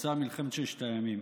פרצה מלחמת ששת הימים.